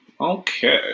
Okay